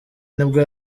nibwo